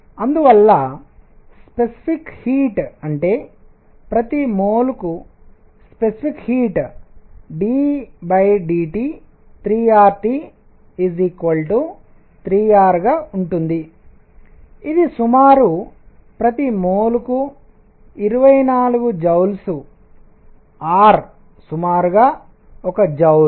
అందువల్ల specific heat అంటే ప్రతి మోల్ కు స్పెసిఫిక్ హీట్ ddT3RT 3R గా ఉంటుంది ఇది సుమారు ప్రతి మోల్ కు 24 జౌల్స్ R సుమారుగా ఒక జౌల్స్